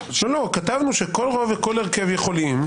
כתבנו שכל רוב וכל הרכב יכולים.